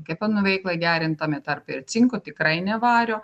kepenų veiklai gerint tame tarpe ir cinko tikrai ne vario